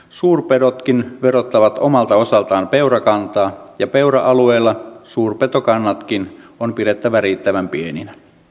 suurpedotkin verottavat omalta osaltaan peurakantaa ja peura alueella suurpetokannatkin on pidettävä riittävän pieninä